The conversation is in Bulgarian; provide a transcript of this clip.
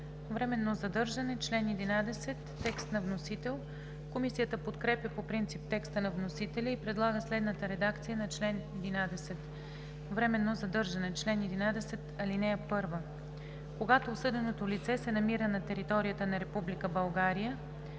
„Временно задържане“ – чл. 11, текст на вносителя. Комисията подкрепя по принцип текста на вносителя и предлага следната редакция на чл. 11: „Временно задържане Чл. 11. (1) Когато осъденото лице се намира на територията на Република България,